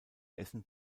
essen